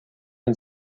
and